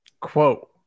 quote